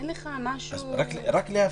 רק להבהיר.